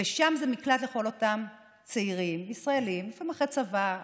שם זה מקלט לכל אותם צעירים ישראלים שהם אחרי צבא.